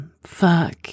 fuck